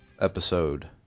episode